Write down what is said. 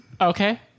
Okay